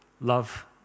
Love